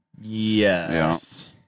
Yes